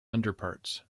underparts